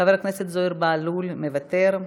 חבר הכנסת זוהיר בהלול, מוותר,